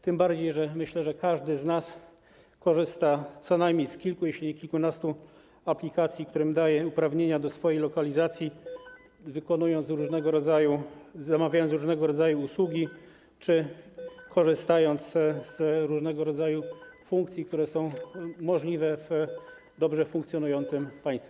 Tym bardziej że myślę, że każdy z nas korzysta co najmniej z kilku, jeśli nie kilkunastu, aplikacji, którym daje uprawnienia do swojej lokalizacji, zamawiając różnego rodzaju usługi czy korzystając z różnego rodzaju funkcji, które są możliwe w dobrze funkcjonującym państwie.